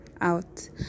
out